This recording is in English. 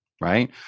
right